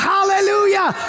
Hallelujah